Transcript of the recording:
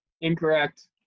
Incorrect